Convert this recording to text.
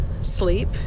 sleep